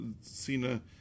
cena